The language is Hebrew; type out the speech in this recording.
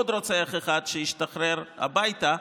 עוד רוצח אחד שהשתחרר הביתה,